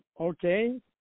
Okay